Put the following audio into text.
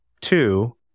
Two